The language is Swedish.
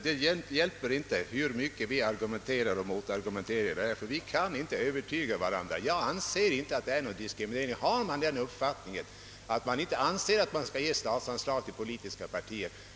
Det hjälper inte hur mycket vi argumenterar och motargumenterar, vi kan ändå inte övertyga varandra. Jag anser inte att det är fråga om någon diskriminering; jag anser endast att man inte bör ge statsanslag till politiska partier.